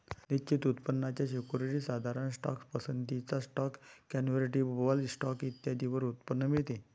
निश्चित उत्पन्नाच्या सिक्युरिटीज, साधारण स्टॉक, पसंतीचा स्टॉक, कन्व्हर्टिबल स्टॉक इत्यादींवर उत्पन्न मिळते